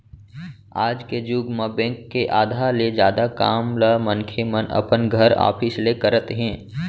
आज के जुग म बेंक के आधा ले जादा काम ल मनखे मन अपन घर, ऑफिस ले करत हे